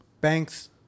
banks